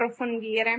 approfondire